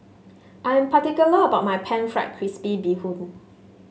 I am particular about my pan fried crispy Bee Hoon